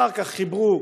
אחר כך חיברו